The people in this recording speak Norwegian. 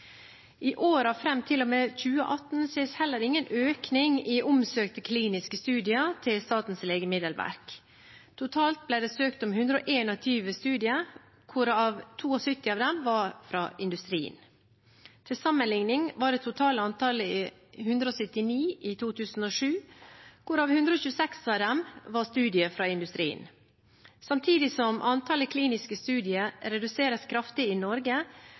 I årene fram til og med 2018 ses heller ingen økning i omsøkte kliniske studier til Statens legemiddelverk. Totalt ble det søkt om 121 studier, hvorav 72 var fra industrien. Til sammenligning var det totale antallet 179 i 2007, hvorav 126 var studier fra industrien. Samtidig som antallet kliniske studier reduseres kraftig i Norge,